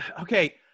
okay